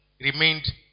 remained